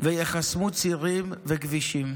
וייחסמו צירים וכבישים.